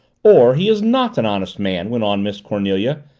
or he is not an honest man, went on miss cornelia,